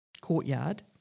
courtyard